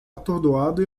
atordoado